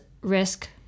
risk